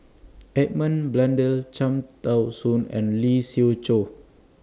Edmund Blundell Cham Tao Soon and Lee Siew Choh